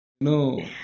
no